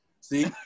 See